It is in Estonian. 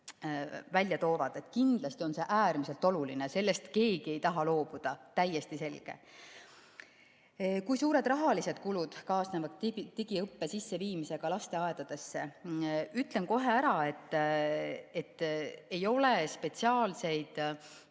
välja tuuakse. Kindlasti on see äärmiselt oluline, sellest keegi ei taha loobuda. Täiesti selge. "Kui suured rahalised kulud kaasnevad digiõppe sisseviimisega lasteaedadesse?" Ütlen kohe ära, et ei ole spetsiaalseid